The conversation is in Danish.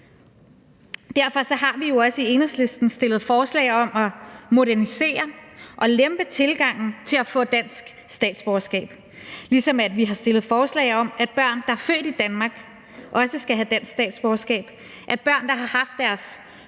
Derfor har vi også i Enhedslisten fremsat forslag om at modernisere og lempe tilgangen til at få dansk statsborgerskab, ligesom vi har fremsat forslag om, at børn, der er født i Danmark, også skal have dansk statsborgerskab; at børn, der har haft deres